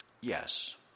Yes